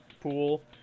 pool